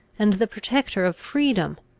and the protector of freedom!